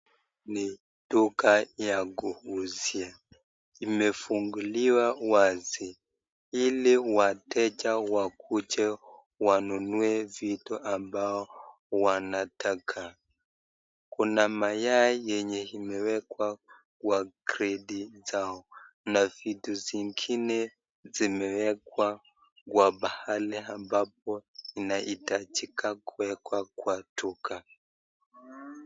Ni duka ya kuuzia. Imefunguliwa wazi ili wateja wakuje wanunue vitu ambao wanataka. Kuna mayai yenye imewekwa kwa gredi zao na vitu zingine zimewekwa kwa pahali ambapo inhitajika kuwekwa kwa duka.